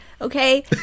okay